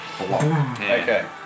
Okay